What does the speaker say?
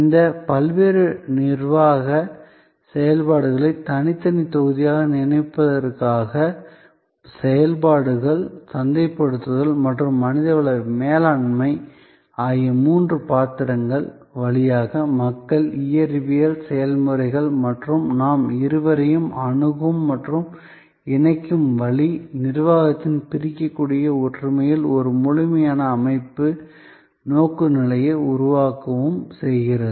இந்த பல்வேறு நிர்வாக செயல்பாடுகளை தனித்தனி தொகுதிகளாக நினைப்பதற்காக செயல்பாடுகள் சந்தைப்படுத்தல் மற்றும் மனித வள மேலாண்மை ஆகிய மூன்று பாத்திரங்கள் வழியாக மக்கள் இயற்பியல் செயல்முறைகள் மற்றும் நாம் இருவரையும் அணுகும் மற்றும் இணைக்கும் வழி நிர்வாகத்தின் பிரிக்கக்கூடிய ஒற்றுமையில் ஒரு முழுமையான அமைப்பு நோக்குநிலையை உருவாக்கவும் செய்கிறது